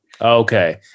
Okay